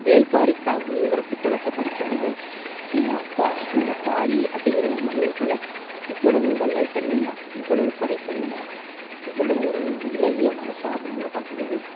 வேள்பாரிபாகம்ங்குற புத்தகத்தை படிக்கும் போது ஏ அப்பா இந்த பாரி அப்படிங்கிற ஒரு மன்னனுக்குள்ள இவ்வளவு வள்ளல் தன்மையா இவ்வளவு கொடைத்தன்மையா இவ்வளவு ஒரு இளகிய மனதா அப்படினுல்லாம் பார்க்கும் போது